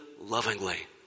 lovingly